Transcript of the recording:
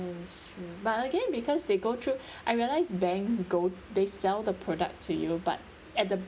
is true but again because they go through I realise banks go they sell the product to you but at the